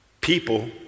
People